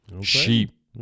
Sheep